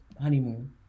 honeymoon